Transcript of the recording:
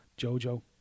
Jojo